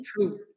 two